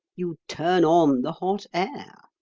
you turn on the hot air.